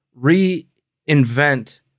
reinvent